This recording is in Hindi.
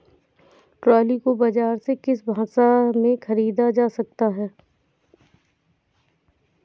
ट्रॉली को बाजार से किस भाव में ख़रीदा जा सकता है?